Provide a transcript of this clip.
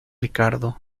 ricardo